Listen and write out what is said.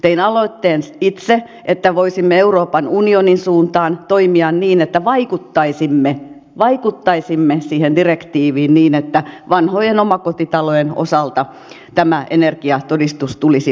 tein aloitteen itse että voisimme euroopan unionin suuntaan toimia niin että vaikuttaisimme siihen direktiiviin niin että vanhojen omakotitalojen osalta tämä energiatodistus tulisi vapaaehtoiseksi